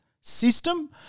system